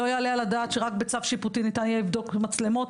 לא יעלה על הדעת שרק בצו שיפוטי ניתן יהיה לבדוק מצלמות.